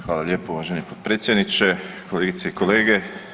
Hvala lijepa uvaženi potpredsjedniče, kolegice i kolege.